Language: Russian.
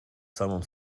самом